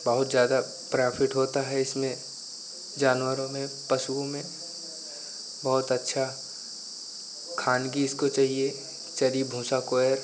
बहुत ज़्यादा प्रॉफिट होता है इसमें जानवरों में पशुओं में बहुत अच्छा खानगी इसको चहिए चरी भूसा